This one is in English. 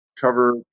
cover